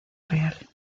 real